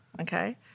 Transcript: Okay